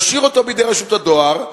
תשאיר אותו בידי רשות הדואר,